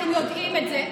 ואתם יודעים את זה.